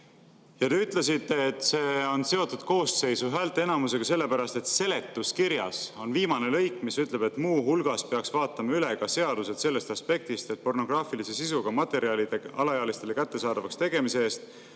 Te ütlesite, et see on seotud koosseisu häälteenamuse [nõudega] selle pärast, et seletuskirjas on viimane lõik, mis ütleb: "Muu hulgas peaks vaatama üle ka seadused sellest aspektist, et pornograafilise sisuga materjalide alaealistele kättesaadavaks tegemise eest